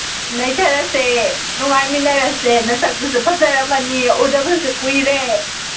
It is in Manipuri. ꯅꯩꯊꯔꯁꯦ ꯅꯨꯡꯉꯥꯏꯃꯤꯟꯅꯔꯁꯦ ꯅꯁꯛꯇꯨꯁꯨ ꯐꯖꯔꯝꯃꯅꯤ ꯎꯗꯕꯁꯨ ꯀꯨꯏꯔꯦ